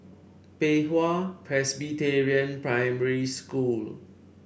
Pei Hwa Presbyterian Primary School